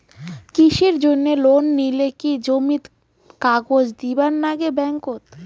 কৃষির জন্যে লোন নিলে কি জমির কাগজ দিবার নাগে ব্যাংক ওত?